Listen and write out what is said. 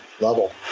level